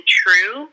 true